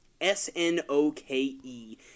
S-N-O-K-E